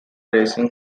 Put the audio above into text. racing